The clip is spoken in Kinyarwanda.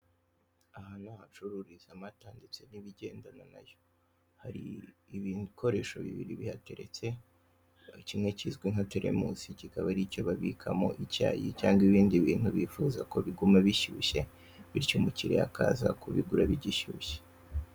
Aha ni ahacururizwa amata ndetse n'ibigendana nayo, ibikoresho bibiri bihateretse kimwe kizwi nka teremusi kikaba ari icyo babikamo icyayi cyangwa se ibindi bintu bigenda bishyushye bityo umukiriya akaza kubigura bigishyushye.